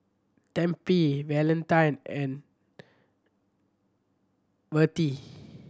Tempie Valentine and Vertie